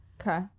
Okay